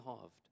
halved